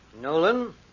Nolan